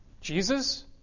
Jesus